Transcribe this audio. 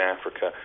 Africa